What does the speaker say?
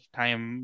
time